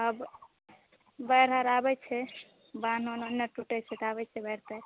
आब बाढि आर आबै छै बांध ऊँध जखने टूटै छै तऽ आबै छै बाढि ताढ़ि